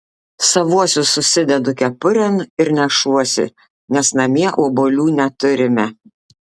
savuosius susidedu kepurėn ir nešuosi nes namie obuolių neturime